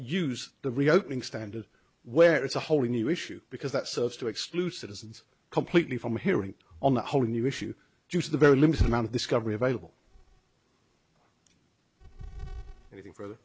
use the reopening standard where it's a wholly new issue because that serves to exclude citizens completely from hearing on a whole new issue due to the very limited amount of discovery available anything further